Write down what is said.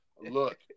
look